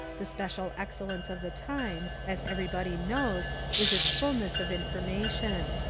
the special excellence of the times, as everybody knows is its fulness of information.